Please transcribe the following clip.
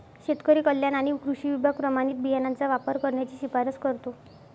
शेतकरी कल्याण आणि कृषी विभाग प्रमाणित बियाणांचा वापर करण्याची शिफारस करतो